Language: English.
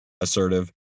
assertive